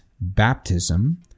baptism